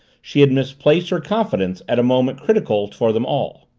she had misplaced her confidence at a moment critical for them all.